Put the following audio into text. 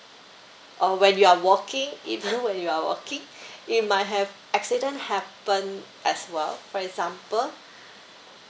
or when you are walking even when you are walking it might have accident happen as well for example